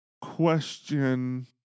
question